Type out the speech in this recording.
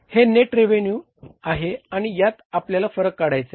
हे net revenue आहे आणि यात आपल्याला फरक काढायचे आहे